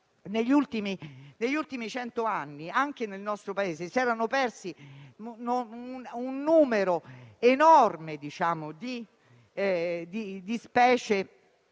negli ultimi cento anni, anche nel nostro Paese, si è perso un numero enorme di specie